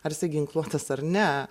ar jisai ginkluotas ar ne